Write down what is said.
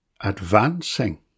advancing